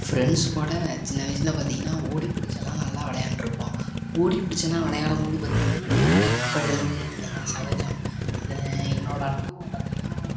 friends கூட சின்ன வயசுல பார்த்தீங்கன்னா ஓடி பிடிச்செல்லாம் நல்லா விளையாண்ட்டிருப்போம் ஓடி பிடிச்செல்லாம் விளையாடம்போது பார்த்தீங்கன்னா இந்த அடிப்படுறது இதெலாம் சகஜம் இது என்னோடய அனுபவம் பார்த்தீங்கன்னா